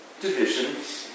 divisions